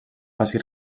faci